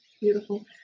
Beautiful